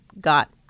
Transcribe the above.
got